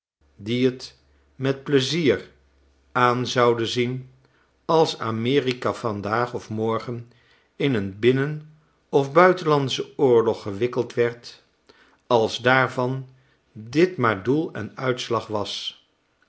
die t met plezier aan zouden zien alsamerika vandaag of morgen in een binnenof buitenlandschen oorlog gewikkeld werd als daarvan dit maar doel en uitslag was